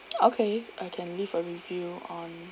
okay I can leave a review on